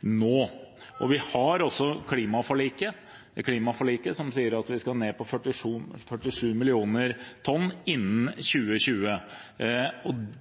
nå. Vi har også klimaforliket, som sier at vi skal ned på 47 millioner tonn innen 2020.